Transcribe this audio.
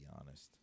honest